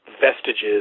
vestiges